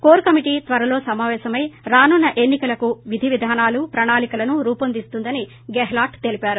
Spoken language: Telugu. కోర్ కమిటీ త్వరలో సమాపేశమై రానున్న ఎన్ని కలకు విధి విధానాలను ప్రణాళికను రూపొందిస్తుందని గెహ్లాట్ తెలిపారు